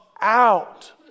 out